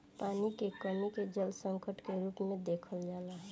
पानी के कमी के जल संकट के रूप में देखल जाला